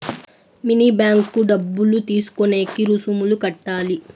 mini bank డబ్బులు తీసుకునేకి రుసుములు కట్టాలి